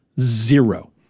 Zero